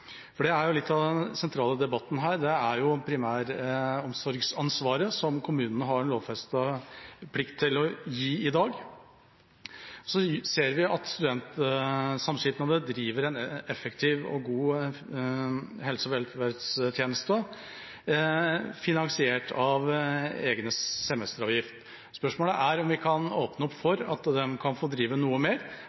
for det er jo litt av den sentrale debatten her – det er jo primæromsorgsansvaret, hvor kommunene har en lovfestet plikt til å gi et tilbud i dag. Så ser vi at studentsamskipnader driver en effektiv og god helse- og velferdstjeneste, finansiert av studentenes egen semesteravgift. Spørsmålet er om vi kan åpne opp for at de kan få drive noe mer.